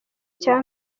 cya